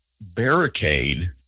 barricade